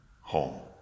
Home